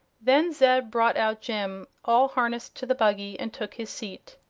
then zeb brought out jim, all harnessed to the buggy, and took his seat.